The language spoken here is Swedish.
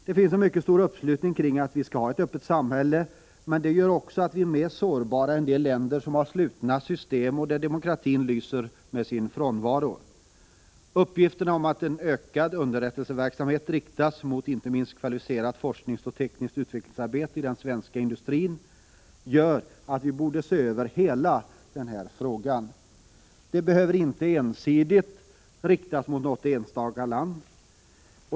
Det finns en mycket stor uppslutning kring uppfattningen att vi skall ha ett öppet samhälle, men det gör också att vi är mer sårbara än de länder som har slutna system och där demokratin lyser med sin frånvaro. Uppgifterna om att ökad underrättelseverksamhet riktas mot inte minst kvalificerat forskningsoch tekniskt utvecklingsarbete i den svenska industrin gör att vi borde se över hela den här frågan. Det behöver inte ensidigt riktas mot något enstaka land.